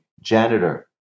janitor